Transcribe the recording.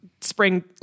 spring